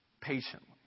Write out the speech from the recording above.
patiently